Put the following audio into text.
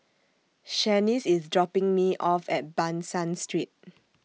Shanice IS dropping Me off At Ban San Street